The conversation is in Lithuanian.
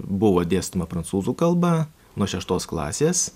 buvo dėstoma prancūzų kalba nuo šeštos klasės